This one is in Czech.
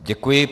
Děkuji.